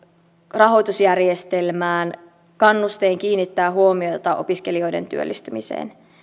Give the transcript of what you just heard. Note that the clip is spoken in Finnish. rahoitusjärjestelmään kannusteen kiinnittää huomiota opiskelijoiden työllistymiseen